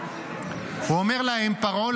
אומר להן פרעה,